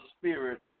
Spirit